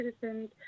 citizens